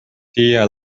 tia